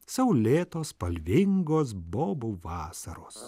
saulėtos spalvingos bobų vasaros